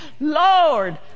Lord